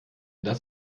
das